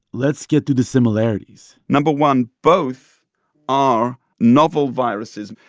let's get through the similarities no. one, both are novel viruses.